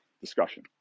discussion